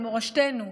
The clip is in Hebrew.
על מורשתנו,